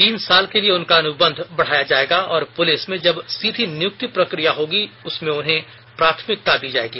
तीन साल के लिए उनका अनुबंध बढ़ाया जायेगा और पुलिस में जब सीधी नियुक्ति प्रकिया होगी उसमें उन्हें प्राथमिकता दी जायेगी